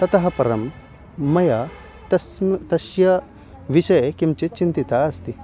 ततः परं मया तस्य तस्य विषये किञ्चित् चिन्तितम् अस्ति